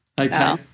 Okay